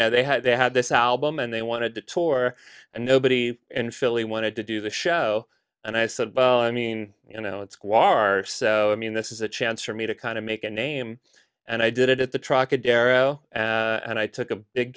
know they had they had this album and they wanted to tour and nobody in philly wanted to do the show and i said i mean you know it's quar so i mean this is a chance for me to kind of make a name and i did it at the truck a darrow and i took a big